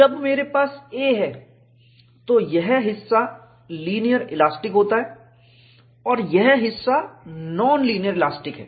जब मेरे पास a है तो यह हिस्सा लीनियर इलास्टिक होता है और यह हिस्सा नॉन लीनियर इलास्टिक है